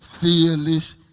fearless